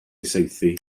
saethu